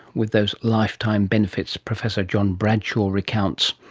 with those lifetime benefits professor john bradshaw recounts.